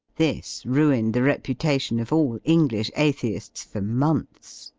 this ruined the reputation of all english athcifts for months!